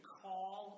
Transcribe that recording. call